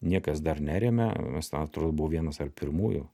niekas dar nerėmė nes ten atrodo buvau vienas ar pirmųjų